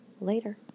Later